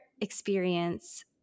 experience